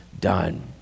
done